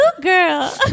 girl